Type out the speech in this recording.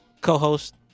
co-host